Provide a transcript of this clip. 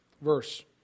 verse